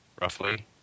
Roughly